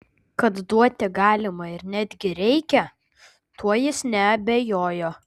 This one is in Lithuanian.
kad duoti galima ir netgi reikia tuo jis neabejojo